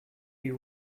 you